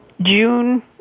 June